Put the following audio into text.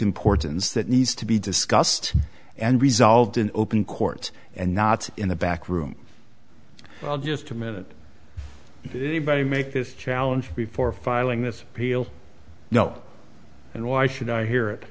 importance that needs to be discussed and resolved in open court and not in the back room well just a minute to make this challenge before filing this appeal no and why should i hear it